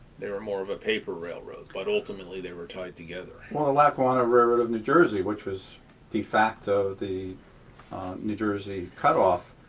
there were more of a paper railroad, but ultimately they were tied together. chuck well, the lackawanna railroad of new jersey, which was de facto the new jersey cut-off,